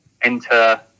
enter